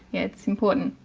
it's important.